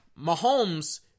Mahomes